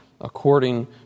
according